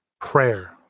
Prayer